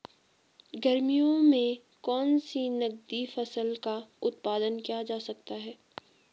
गर्मियों में कौन सी नगदी फसल का उत्पादन किया जा सकता है?